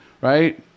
right